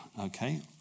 okay